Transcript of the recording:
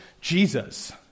Jesus